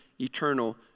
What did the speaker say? eternal